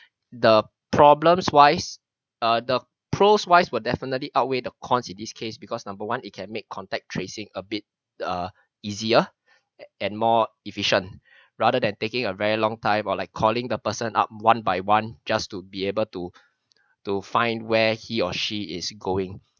the problems wise err the pros wise would definitely outweigh the cons in this case because number one it can make contact tracing a bit uh easier and more efficient rather than taking a very long time or like calling the person up one by one just to be able to to find where he or she is going